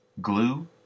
Glue